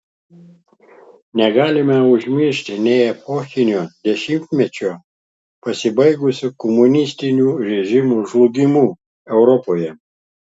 negalime užmiršti nė epochinio dešimtmečio pasibaigusio komunistinių režimų žlugimu europoje